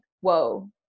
Whoa